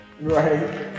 Right